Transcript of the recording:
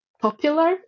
popular